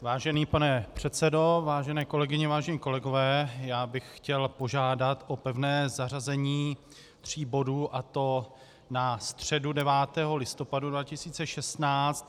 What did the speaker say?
Vážený pane předsedo, vážené kolegyně, vážení kolegové, chtěl bych požádat o pevné zařazení tří bodů, a to na středu 9. listopadu 2016.